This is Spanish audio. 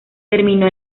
terminó